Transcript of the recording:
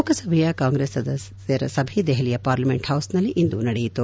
ಲೋಕಸಭೆಯ ಕಾಂಗ್ರೆಸ್ ಸದಸ್ನರ ಸಭೆ ದೆಹಲಿಯ ಪಾರ್ಲಿಮೆಂಟ್ ಹೌಸ್ನಲ್ಲಿಂದು ನಡೆಯಿತು